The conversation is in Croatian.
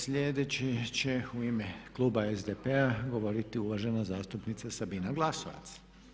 Sljedeći će u ime kluba SDP-a govoriti uvažena zastupnica Sabina Glasovac.